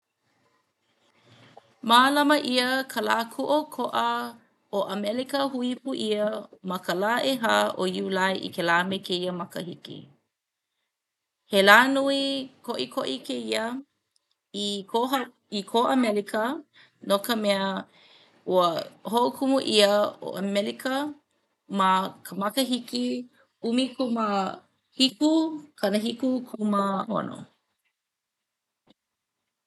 Mālama ʻia ka lā kūʻokoʻa ʻo ʻAmelika hui pū ʻia ma ka lā ʻehā ʻo Iulai i kēlā me kēia makahiki. He lā nui koʻikoʻi kēia i kō i kō ʻAmelika no ka mea ua hoʻokumu ʻia ʻo ʻAmelika ma ka makahiki ʻumikūmāhikukanahikukūmāono.